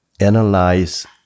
analyze